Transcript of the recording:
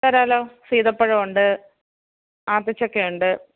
തരാമല്ലോ സീതപ്പഴമുണ്ട് ആത്തി ചക്കയുണ്ട്